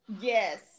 Yes